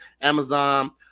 Amazon